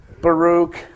Baruch